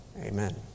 Amen